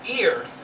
ear